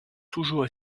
toujours